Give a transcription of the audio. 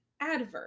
adverb